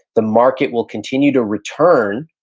the market will continue to return,